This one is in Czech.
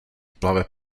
plave